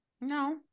No